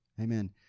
Amen